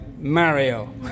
Mario